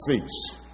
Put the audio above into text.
seats